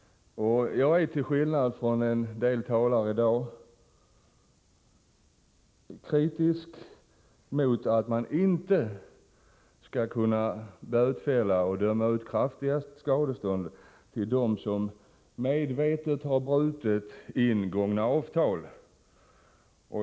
Till skillnad från en del talare i dag är jag kritisk mot att man inte skall kunna döma ut böter och kraftiga skadestånd av dem som medvetet har brutit ingångna avtal.